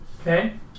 Okay